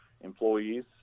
employees